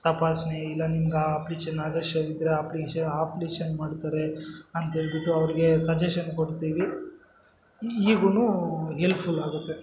ತಪಾಸಣೆ ಇಲ್ಲ ನಿಮ್ಗೆ ಆ ಆಪ್ರೇಷನ್ ಆಗೋಷ್ಟ್ರಲ್ಲಿ ಇದ್ದರೆ ಆಪ್ರೇಷ್ ಆಪ್ರೇಷನ್ ಮಾಡ್ತಾರೆ ಅಂತೇಳಿ ಬಿಟ್ಟು ಅವ್ರಿಗೆ ಸಜೆಷನ್ ಕೊಡ್ತೀವಿ ಈಗಲೂ ಎಲ್ಪ್ಫುಲ್ ಆಗುತ್ತೆ